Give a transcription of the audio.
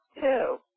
two